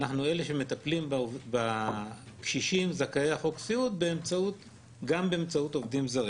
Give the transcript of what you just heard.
אנחנו אלה שמטפלים בקשישים זכאי חוק הסיעוד גם באמצעות עובדים זרים.